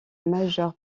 majeure